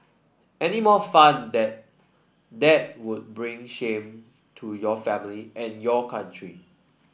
any more fun that that would bring shame to your family and your country